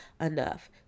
enough